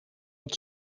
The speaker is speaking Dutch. het